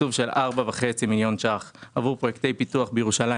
תקצוב של 4.5 מיליון ₪ עבור פרויקטי פיתוח בירושלים